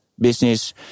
business